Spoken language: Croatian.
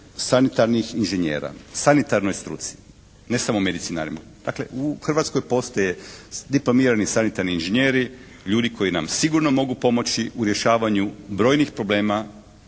sanitarnih inžinjera, sanitarnoj struci, ne samo medicinarima. Dakle, u Hrvatskoj postoje diplomirani sanitarni inžinjeri ljudi koji nam sigurno mogu pomoći u rješavanju brojnih problema